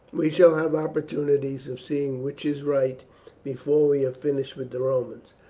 we shall have opportunities of seeing which is right before we have finished with the romans.